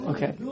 Okay